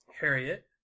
Harriet